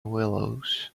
willows